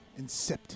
Incept